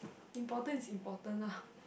important is important lah